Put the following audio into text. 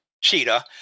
Cheetah